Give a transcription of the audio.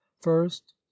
first